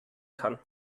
kann